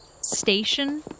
station